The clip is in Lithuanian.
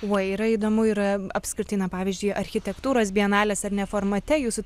o yra įdomu ir apskritai na pavyzdžiui architektūros bienalės ar neformate jūsų